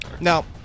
Now